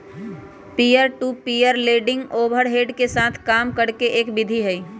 peer to peer lending overhead के साथ काम करे के एक विधि हई